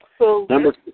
Number